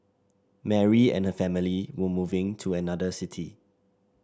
Mary and her family were moving to another city